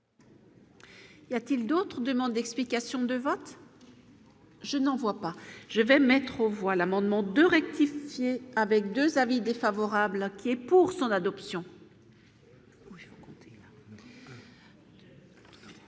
Y a-t-il d'autres d'explications de vote. Je n'en vois pas je vais mettre aux voix l'amendement de rectifier avec 2 avis défavorables qui est pour son adoption.